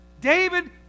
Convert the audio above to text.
David